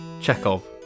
Chekhov